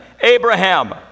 Abraham